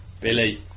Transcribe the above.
Billy